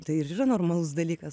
tai ir yra normalus dalykas